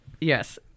Yes